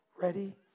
ready